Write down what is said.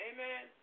Amen